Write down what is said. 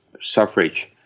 suffrage